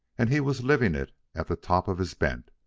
and he was living it at the top of his bent.